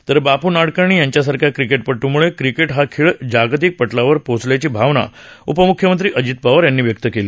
तर बापू नाडकर्णी यांच्यासारख्या क्रिकेटपट्मुळे क्रिकेट हा खेळ जागतिक पटलावर पोहोचल्याची भावना उपमुख्यमंत्री अजित पवार यांनी व्यक्त केली